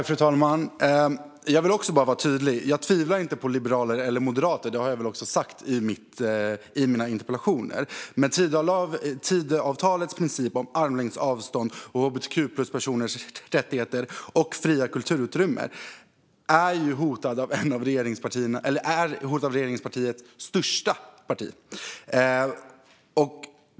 Fru talman! Jag vill också vara tydlig: Jag tvivlar inte på liberaler eller moderater - och det har jag väl även skrivit i mina interpellationer - men Tidöavtalets princip om armlängds avstånd och hbtq-plus-personers rättigheter och fria kulturutrymme är ju hotade av det största partiet i regeringsunderlaget.